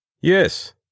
Yes